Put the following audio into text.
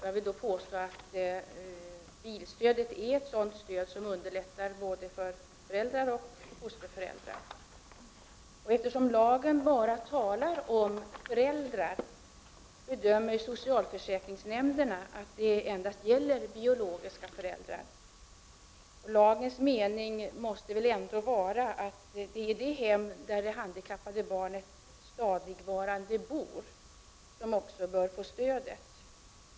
Jag vill påstå att bilstödet i den situationen är av stort värde både för föräldrar och för fosterföräldrar. Eftersom lagen bara talar om ”föräldrar”, gör socialförsäkringsnämnderna bedömningen att lagen endast gäller biologiska föräldrar. Lagens mening måste väl ändå vara att det är det hem där det handikappade barnet stadigvarande bor som bör få stödet.